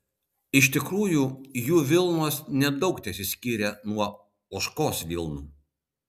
iš tikrųjų jų vilnos nedaug tesiskyrė nuo ožkos vilnų